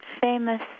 famous